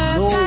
no